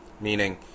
meaning